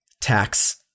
Tax